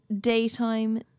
daytime